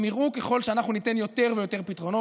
הם יראו ככל שאנחנו ניתן יותר ויותר פתרונות.